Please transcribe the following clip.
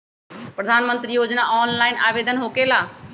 प्रधानमंत्री योजना ऑनलाइन आवेदन होकेला?